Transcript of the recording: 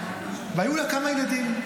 והיו לה כמה ילדים,